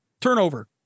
turnover